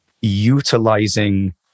utilizing